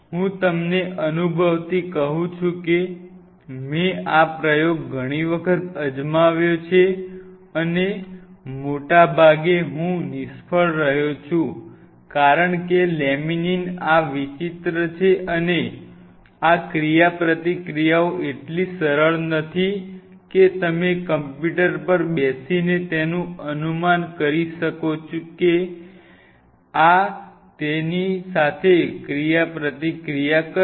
હું તમને અનુભવથી કહું છું કે મેં આ પ્રયોગ ઘણી વખત અજમાવ્યો છે અને મોટાભાગે હું નિષ્ફળ રહ્યો છું કારણ કે લેમિનીન આ વિચિત્ર છે અને આ ક્રિયાપ્રતિક્રિયાઓ એટલી સરળ નથી કે તમે કમ્પ્યુટર પર બેસીને તેનું અનુમાન કરી શકો કે આ તેની સાથે ક્રિયાપ્રતિક્રિયા કરશે